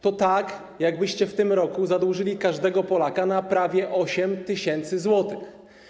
To tak, jakbyście w tym roku zadłużyli każdego Polaka na prawie 8 tys. zł.